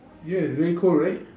yeah very cold right